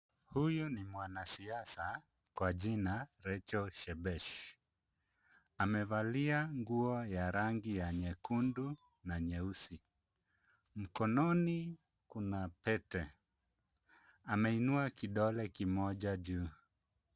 Huyu ni mwana siasa, kwa jina Recho Shebesh. Amevalia nguo ya rangi ya nyekundu, na nyeusi mkononi kuna pete, ameinua kidole kimoja juu.